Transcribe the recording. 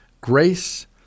Grace